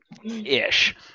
ish